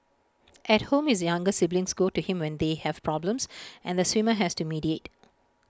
at home his younger siblings go to him when they have problems and the swimmer has to mediate